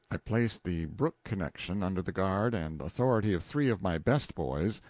i placed the brook-connection under the guard and authority of three of my best boys,